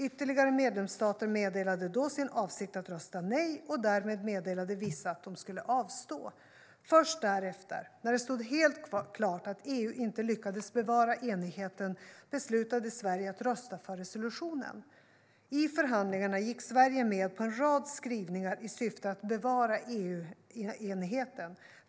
Ytterligare medlemsstater meddelade då sin avsikt att rösta nej, och därmed meddelade vissa att de skulle avstå. Först därefter, när det stod helt klart att EU inte lyckades bevara enigheten, beslutade Sverige att rösta för resolutionen. I förhandlingarna gick Sverige med på en rad skrivningar i syfte att bevara EU-enigheten.